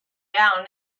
down